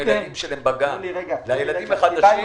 הילדים שלהם בגן ולא לילדים החדשים.